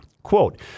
Quote